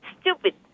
stupid